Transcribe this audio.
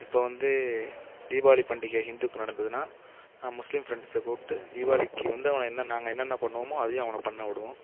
இப்போது வந்து தீபாவளி பண்டிகை ஹிந்துக்கு நடந்ததுனா நான் முஸ்லீம் ஃபரெண்ட்ஸை கூப்பிட்டு தீவாளிக்கு வந்து அவனை என்னென்ன நாங்கள் என்னென்ன பண்ணுவோமோ அதையும் அவனை பண்ண விடுவோம்